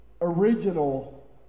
original